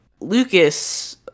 Lucas